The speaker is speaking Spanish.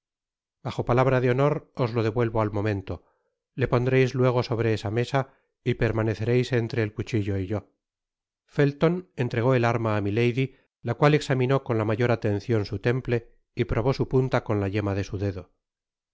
bajo palabra de honor os lo devuelvo al momento le pondreis luego sobre esa mesa y permanecereis en tre el cuchillo y yo felton entregó el arma á milady la cual examinó con la mayor atencion su temple y probó su punta con la yema de m dedo